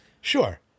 Sure